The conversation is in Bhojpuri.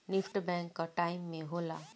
निफ्ट बैंक कअ टाइम में होला